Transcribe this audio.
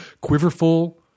quiverful